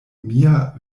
mia